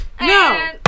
No